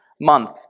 month